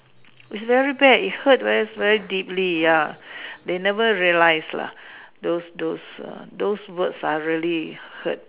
is very bad is hurt very very deeply ya they never realise lah those those those word really hurt